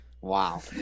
Wow